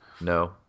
No